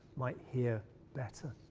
might hear better.